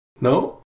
No